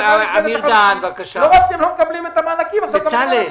לא רק שהם לא מקבלים את המענקים --- בצלאל,